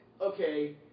okay